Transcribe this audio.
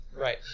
Right